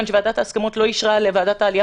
מכיוון שוועדת ההסכמות לא אישרה לוועדת העלייה